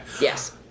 Yes